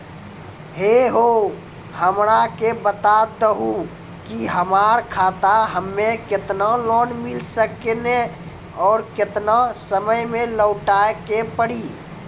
है हो हमरा के बता दहु की हमार खाता हम्मे केतना लोन मिल सकने और केतना समय मैं लौटाए के पड़ी?